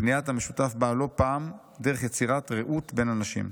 בניית המשותף באה לא פעם דרך יצירת רעות בין אנשים.